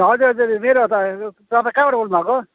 ए हजुर हजुर मेरै हो त तपाईँ कहाँबाट बोल्नु भएको